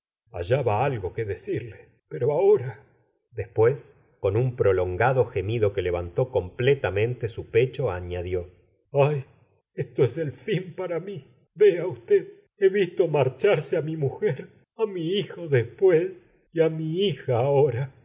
hallaba algo que decirle pero ahora después con un prolongado gemido que levantó completamente su pecho aiíadió ay esto es el fin para mi vea usted he visto marcharse á mi mujer á mi hijo después y á mi hija ahora